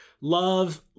love